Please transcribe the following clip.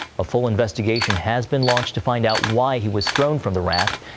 a full investigation has been launched to find out why he was thrown from the raft.